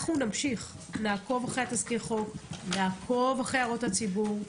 אנחנו נמשיך ונעקוב אחר תזכיר החוק והערות הציבור.